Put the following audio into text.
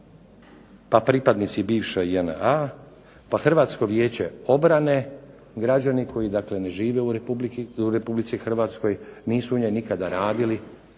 pa pripadnici bivše JNA, pa Hrvatsko vijeće obrane, građani koji ne žive u Republici Hrvatskoj, nisu u njoj nikada radili,